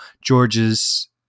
George's